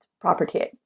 property